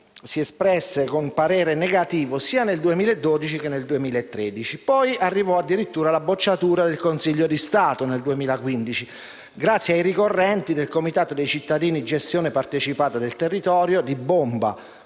si espresse con parere negativo sia nel 2012 che nel 2013, poi nel 2015 arrivò addirittura la bocciatura del Consiglio di Stato grazie ai ricorrenti del Comitato di cittadini Gestione partecipata del territorio del